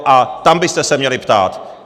A tam byste se měli ptát.